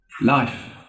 Life